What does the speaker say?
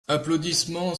applaudissements